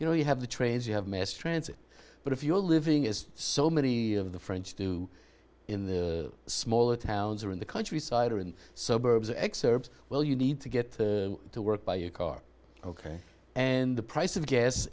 you know you have the trains you have mass transit but if you're living as so many of the french do in the smaller towns or in the countryside or in so burbs ex urbs well you need to get to work by a car ok and the price of gas